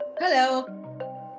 Hello